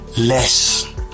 less